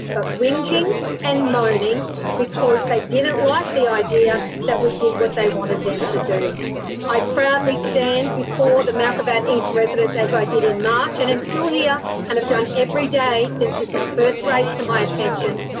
but whinging and moaning because they didn't like the idea that we did what they wanted them to i proudly stand before the mount gravatt east residents as i did in march and am still here and have done every day since this was first raised to my attention,